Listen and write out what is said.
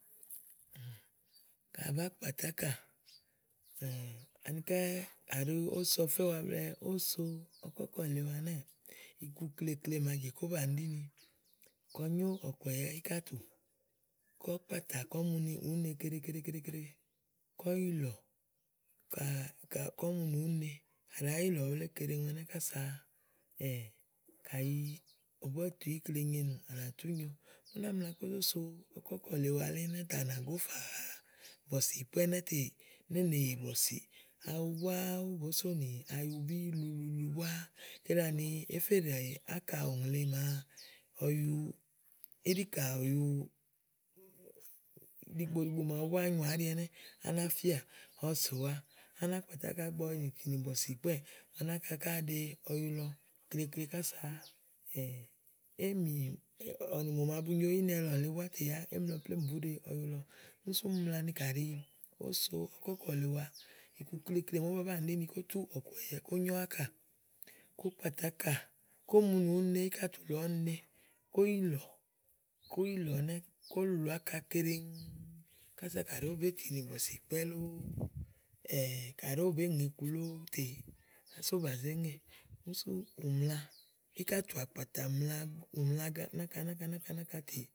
Ka à bá kpàtà ákà anikɛ́ à ɖó ówó so ɔfɛ́ wa blɛ̀ɛ ówó so ɔkɔ̀kɔ̀ lèe wa ɛnɛ́ɛ̀ iku klekle màa jè kɔ́ banìi ɖíni kɔ nyó ɔ̀kùɛ̀yɛ íkàtù. kɔ́ kpàtà kɔ́ mu ni ùú ne keɖe keɖe keɖe keɖe, kɔ́ yilɔ̀ ka ka kɔ̀ mu ni ùú ne à nàáá yilɔ̀ wulé keɖeŋu kása kayi àbá tùu iklo nyo ènù tè à nà tú nyo. ú ná jɔ kó zó so ɔkɔ́kɔ̀ lèe wa elí ɛnɛ́ tè à nà gófà ha bɔ̀sììkpɛ́ ɛnɛ́ tè ni é nèe yè bɔ̀sìì. Awu búá ówó bòó sonì ayubí ululuulu búá, kele àni èé fe ɖè áka ùŋle màa ɔyu, íɖìkà ɔ̀yu ɖìigbo ɖìigbo màawu búá nyoà áɖi ɛnɛ, áná fíàà ɔwɔ sòwa, áná kpàtà ákà ígbɔ ɔwɔ nì tìnì bɔ̀sììkpɛ́ɛ̀ ɔwɔ náka ká àá ɖe ɔyu lɔ klekle kása éèmì, ɔwɔ nì màa bu nyo ínɛ lɔ lèe yá émi lɔ plémú bùú ɖe ɔyu lɔ. úni sú úni mla ni kàɖi òó so ɔkɔ̀kɔ̀lèe wa iku klekle màa ówó bàá banìi ɖì ni kó tú ɔkùɛ̀yɛ kó nyo ákà, kó kpàtà ákà kó mu ni ùú ne kó mu nì íkàtù lɔ ɔ̀ɔ́ ne kó yilɔ̀, kó yilɔ̀ ɛnɛ́ kó lulù áka keɖeŋ kása kàɖi ówó bèé tìnì bɔ̀sììkpɛ́ lóo kàɖi ówó bèé ŋè iku lóó tè kása ówó bà zé ŋè ù sù ɔmla, íkàtù àkpàtà mlàa ɔmla náka náka náka tè.